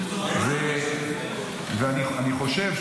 אני חושב,